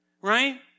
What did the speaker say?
Right